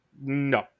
No